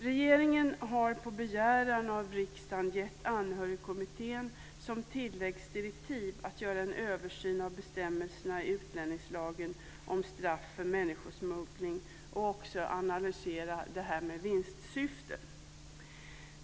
Regeringen har på begäran av riksdagen gett Anhörigkommittén i tilläggsdirektiv att göra en översyn av bestämmelserna i utlänningslagen om straff för människosmuggling och också att analysera det här med vinstsyfte.